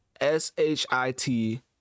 s-h-i-t